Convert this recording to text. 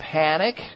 panic